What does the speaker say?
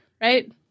Right